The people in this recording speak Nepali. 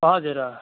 हजुर अँ